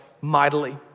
mightily